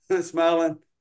smiling